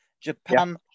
Japan